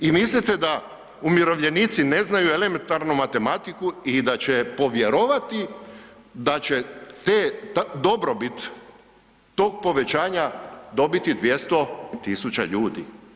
I mislite da umirovljenici ne znaju elementarnu matematiku i da će povjerovati da će te, dobrobit tog povećanja dobiti 200 tisuća ljudi?